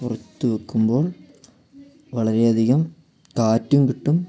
പുറത്തുവയ്ക്കുമ്പോൾ വളരെയധികം കാറ്റും കിട്ടും